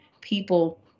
people